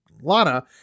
Lana